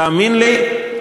תאמין לי,